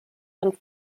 ein